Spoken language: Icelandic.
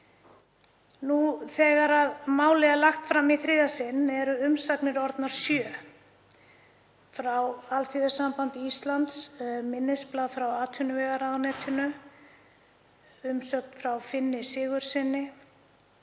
Nú þegar málið er lagt fram í þriðja sinn eru umsagnir orðnar sjö, frá Alþýðusambandi Íslands, minnisblað frá atvinnuvegaráðuneytinu, umsögn frá Finni Sigurðssyni,